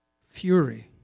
fury